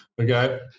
Okay